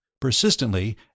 Persistently